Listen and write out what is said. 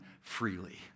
freely